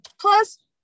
plus